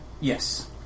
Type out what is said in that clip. Yes